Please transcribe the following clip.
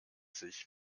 sich